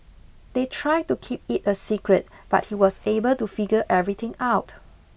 they tried to keep it a secret but he was able to figure everything out